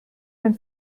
den